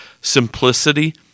simplicity